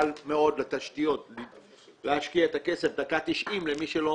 קל מאוד להשקיע את הכסף בדקה ה-90 למי שלא